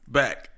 back